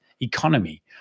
economy